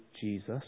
Jesus